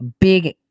big